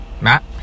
Matt